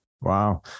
Wow